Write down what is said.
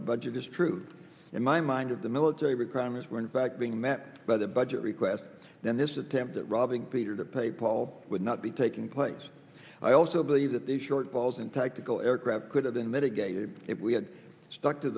the budget is true in my mind of the military requirements were in fact being met by the budget request then this attempt at robbing peter to pay paul would not be taking place i also believe that the shortfalls in tactical aircraft could have been mitigated if we had stuck to